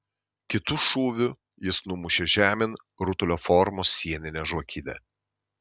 kitu šūviu jis numušė žemėn rutulio formos sieninę žvakidę